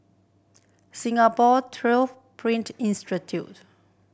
Singapore Twelve Print Institute